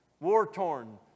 War-torn